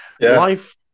life